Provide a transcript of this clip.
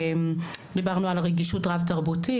דיברנו על רגישות רב תרבותית,